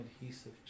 adhesive